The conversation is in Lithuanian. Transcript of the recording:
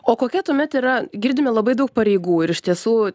o kokia tuomet yra girdimi labai daug pareigų ir iš tiesų